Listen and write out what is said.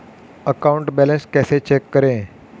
Account balance कैसे check करें?